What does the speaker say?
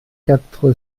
quatre